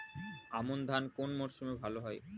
আমন ধান কোন মরশুমে ভাল হয়?